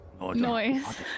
noise